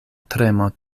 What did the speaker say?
tremo